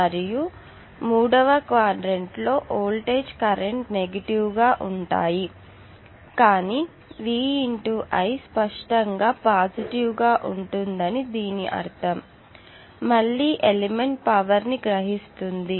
మరియు మూడవ క్వాడ్రంట్ లో వోల్టేజ్ కరెంటు నెగిటివ్ గా ఉంటాయి కానీ V × I స్పష్టంగా పాజిటివ్ గా ఉంటుంది దీని అర్థం మళ్ళీ ఎలిమెంట్ పవర్ ని గ్రహిస్తుంది